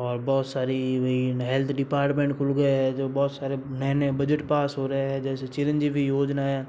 और बहुत सारी वही हेल्थ डिपार्टमेंट खुल गया है जो बहुत सारे नए नए बजट पास हो रहे हैं जैसे चिरंजीवी योजनाएं